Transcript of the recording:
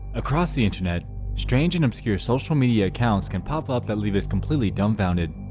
across the internet strange and obscure social media accounts can pop up that leave us completely dumbfounded